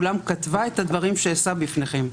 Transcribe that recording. אולם כתבה את הדברים שאשא בפניכם.